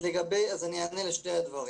אענה לשני הדברים.